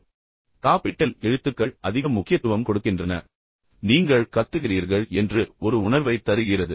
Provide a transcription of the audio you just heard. எனவே காப்பிட்டல் எழுத்துக்கள் அதிக முக்கியத்துவம் கொடுக்கின்றன மற்றும் நீங்கள் கத்துகிறீர்கள் என்று ஒரு உணர்வைத் தருகிறது